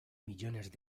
millones